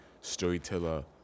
storyteller